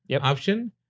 option